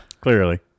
Clearly